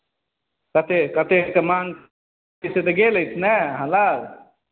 कतेक कतेक सामान किछु तऽ गेल अछि ने अहाँ लग